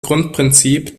grundprinzip